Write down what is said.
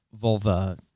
vulva